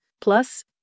plus